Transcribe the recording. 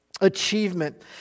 achievement